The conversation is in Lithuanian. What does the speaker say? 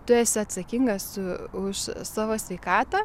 tu esi atsakingas už savo sveikatą